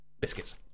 Biscuits